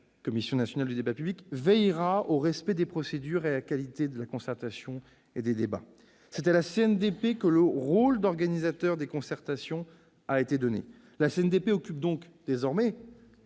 ordonnance. La CNDP veillera au respect des procédures et à la qualité de la concertation et des débats. C'est à la CNDP que le rôle d'organisateur des concertations a été donné. La CNDP occupe donc désormais